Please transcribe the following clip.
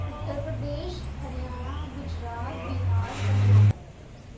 Uttar Pradesh Haryana Gujarat Bihar Karnataka